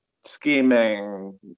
scheming